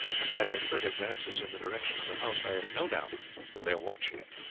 and by their furtive glances in the direction of the house i have no doubt that they are watching it.